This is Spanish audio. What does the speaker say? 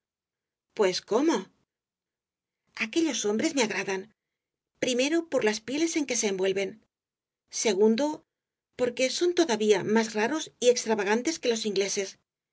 pues cómo aquellos hombres me agradan primero por las pieles en que se envuelven segundo porque son todavía más raros y extravagantes que los ingleses